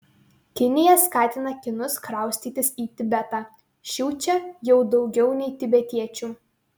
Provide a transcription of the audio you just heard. kinija skatina kinus kraustytis į tibetą šių čia jau daugiau nei tibetiečių